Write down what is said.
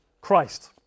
Christ